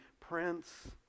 Prince